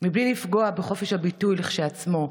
2. מבלי לפגוע בחופש הביטוי כשלעצמו,